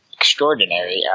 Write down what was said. extraordinary